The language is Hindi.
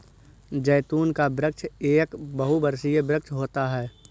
जैतून का वृक्ष एक बहुवर्षीय वृक्ष होता है